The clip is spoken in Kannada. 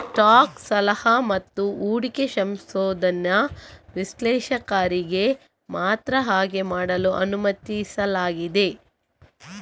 ಸ್ಟಾಕ್ ಸಲಹಾ ಮತ್ತು ಹೂಡಿಕೆ ಸಂಶೋಧನಾ ವಿಶ್ಲೇಷಕರಿಗೆ ಮಾತ್ರ ಹಾಗೆ ಮಾಡಲು ಅನುಮತಿಸಲಾಗಿದೆ